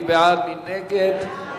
מי נגד?